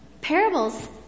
parables